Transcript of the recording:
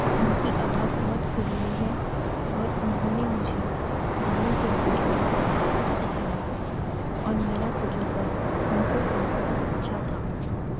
ان کی آواز بہت سریلی ہے اور انہوں نے مجھے گانے کے بارے میں کافی کچھ سکھایا اور میرا تجربہ ان کے ساتھ بہت اچھا تھا